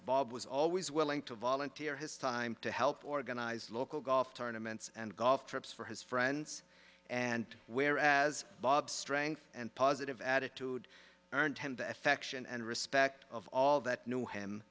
bob was always willing to volunteer his time to help organize local golf tournaments and golf trips for his friends and where as bob strength and positive attitude earned him the affection and respect of all that knew him